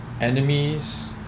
enemies